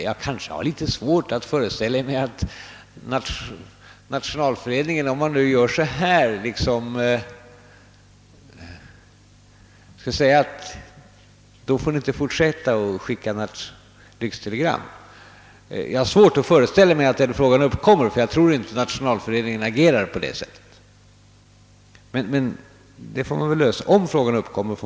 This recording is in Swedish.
Jag har emellertid svårt att föreställa mig att Nationalföreningen skulle säga: »Då får ni inte fortsätta att skicka lyxtelegram.» Jag tror inte att Nationalföreningen kommer att agera på det sättet. Om den gör det får vi väl försöka lösa det problemet då.